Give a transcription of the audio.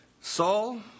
Saul